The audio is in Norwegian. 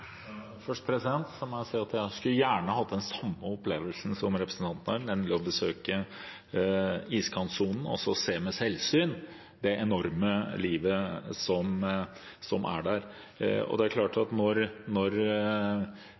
Først må jeg si at jeg skulle gjerne hatt den samme opplevelsen som representanten her, nemlig å ha besøkt iskantsonen og ved selvsyn sett det enorme livet som er der. Det er klart at når